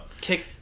Kick